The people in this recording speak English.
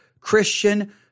Christian